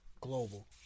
global